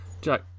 Jack